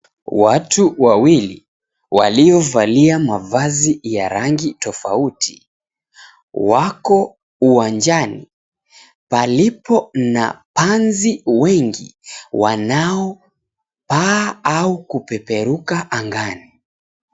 Watu wawili waliovalia mavazi ya rangi tofauti wako uwanjani palipo na panzi wengi wanaopaa au kupeperuka angani.